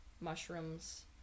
mushrooms